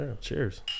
Cheers